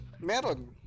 Meron